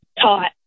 taught